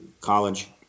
college